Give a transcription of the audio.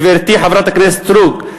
גברתי חברת הכנסת סטרוק,